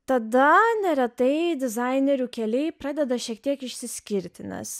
tada neretai dizainerių keliai pradeda šiek tiek išsiskirti nes